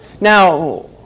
Now